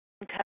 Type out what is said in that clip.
cut